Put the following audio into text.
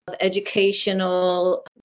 educational